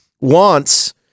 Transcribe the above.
wants